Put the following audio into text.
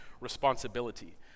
responsibility